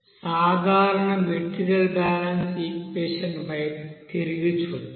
సాధారణ material balance equation వైపు తిరిగి చూద్దాం